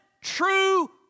true